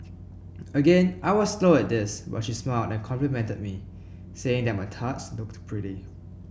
again I was slow at this but she smiled and complimented me saying that my tarts looked pretty